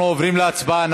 אנחנו עוברים להצבעה.